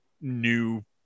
new